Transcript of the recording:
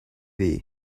hiv